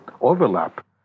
overlap